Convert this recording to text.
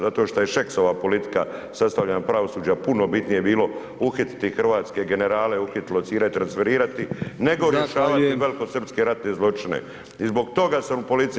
Zato što je Šeksova politika sastavljena od pravosuđa, puno bitnije je bilo uhititi hrvatske generale, uhitilo, locirati, transfereirati nego [[Upadica: Zahvaljujem…]] rješavati velkosrpske ratne zločine i zbog toga sam u policiji